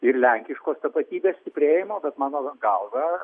ir lenkiškos tapatybės stiprėjimo bet mano galva